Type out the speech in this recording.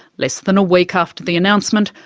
less than a week after the announcement,